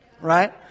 Right